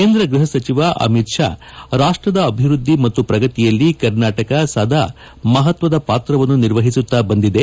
ಕೇಂದ್ರ ಗೃಹ ಸಚಿವ ಅಮಿತ್ ಷಾ ರಾಷ್ಟದ ಅಭಿವೃದ್ಧಿ ಮತ್ತು ಪ್ರಗತಿಯಲ್ಲಿ ಕರ್ನಾಟಕ ಸದಾ ಮಹತ್ವದ ಪಾತ್ರವನ್ನು ನಿರ್ವಹಿಸುತ್ತಾ ಬಂದಿದೆ